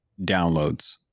downloads